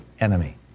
enemy